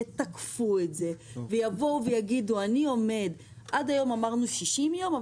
יתקפו את זה ויגידו: עד היום אמרנו 60 יום,